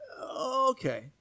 okay